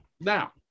Now